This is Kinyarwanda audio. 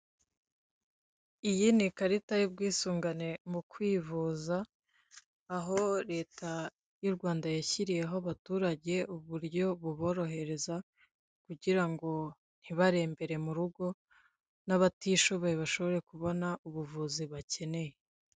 Iyi ni ikarita y'ubwisungane mu kwivuza, aho leta y'u Rwanda yashyiriyeho abaturage uburyo buborohereza, kugira ngo ntibarembere mu rugo, n'abatishoboye bashobore kubona ubuvuzi bakeneye.